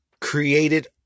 created